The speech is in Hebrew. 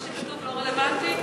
שמה שכתוב לא רלוונטי?